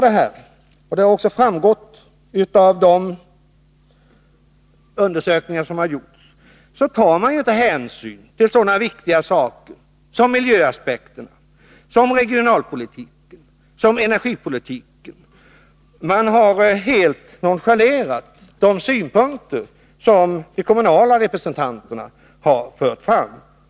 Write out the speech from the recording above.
Det har framgått av de undersökningar som gjorts att man inte tar hänsyn till sådana viktiga aspekter som miljöfrågorna, regionalpolitiken och energipolitiken. Man har helt nonchalerat de synpunkter som de kommunala representanterna har fört fram.